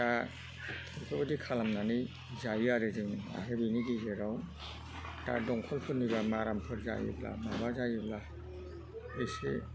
दा बेफोरबायदि खालामनानै जायो आरो जों बेहाय बेनि गेजेराव दा दमख'लफोरनिबा मारामफोर जायोब्ला माबा जायोब्ला एसे